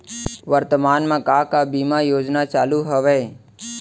वर्तमान में का का बीमा योजना चालू हवये